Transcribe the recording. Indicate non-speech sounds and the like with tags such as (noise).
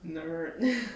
nerd (breath)